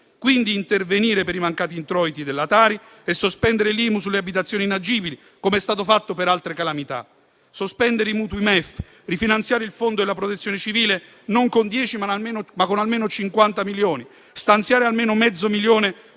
intervenire per i mancati introiti della Tari e sospendere l'Imu sulle abitazioni inagibili, com'è stato fatto per altre calamità, sospendere i mutui MEF e rifinanziare il fondo della protezione civile, non con 10, ma con almeno 50 milioni di euro, stanziare almeno mezzo milione